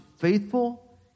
faithful